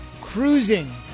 cruising